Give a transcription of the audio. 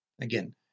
Again